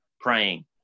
praying